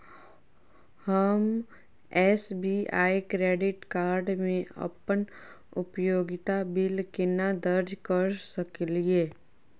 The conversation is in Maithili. हम एस.बी.आई क्रेडिट कार्ड मे अप्पन उपयोगिता बिल केना दर्ज करऽ सकलिये?